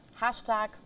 hashtag